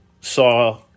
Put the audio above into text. saw